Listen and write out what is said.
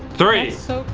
three, so